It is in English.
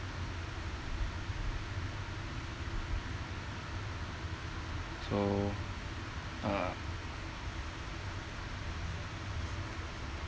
so uh